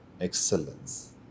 excellence